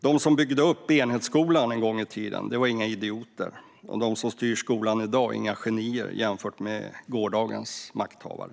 De som byggde upp enhetsskolan en gång i tiden var inga idioter, och de som styr skolan i dag är inga genier jämfört med gårdagens makthavare.